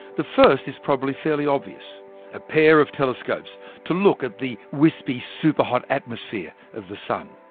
the first is probably fairly obvious a pair of telescopes to look at the wispy, super-hot, atmosphere of the sun.